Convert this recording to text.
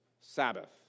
Sabbath